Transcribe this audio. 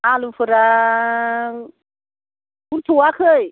आलुफोरा बुरथ'आखै